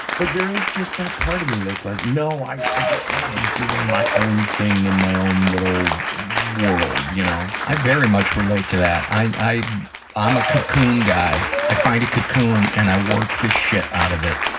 but there is just that part of me that's like, no, i i just want to be doing my own thing in my own little world, you know. i very much relate to that. i'm a cocoon guy. i find a cocoon and i work the shit out of it,